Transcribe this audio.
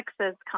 Texas